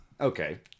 Okay